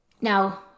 Now